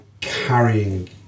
carrying